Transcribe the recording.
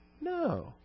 No